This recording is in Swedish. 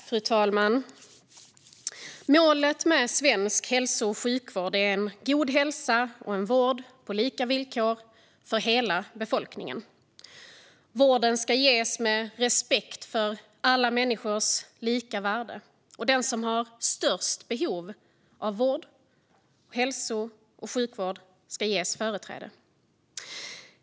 Fru talman! Målet med svensk hälso och sjukvård är en god hälsa och en vård på lika villkor för hela befolkningen. Vården ska ges med respekt för alla människors lika värde, och den som har störst behov av vård, hälso och sjukvård, ska ges företräde.